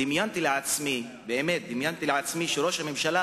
דמיינתי לעצמי, באמת, דמיינתי לעצמי, שראש הממשלה